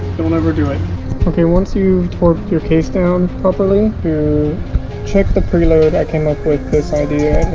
don't over do it okay once you've torqued your case down properly, to check the preload i came up with this idea.